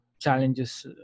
challenges